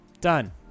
done